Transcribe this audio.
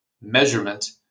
measurement